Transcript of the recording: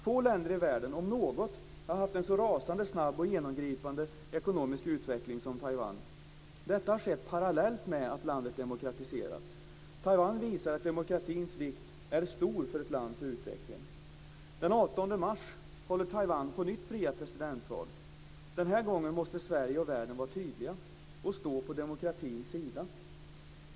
Få länder i världen - om ens något - har haft en så rasande snabb och genomgripande ekonomisk utveckling som Taiwan. Detta har skett parallellt med att landet demokratiserats. Taiwan visar att demokratin är av stor vikt för ett lands utveckling. Den 18 mars håller Taiwan på nytt fria presidentval. Den här gången måste Sverige och världen vara tydliga, och stå på demokratins sida.